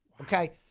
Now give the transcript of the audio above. Okay